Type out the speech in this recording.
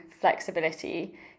flexibility